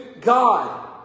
God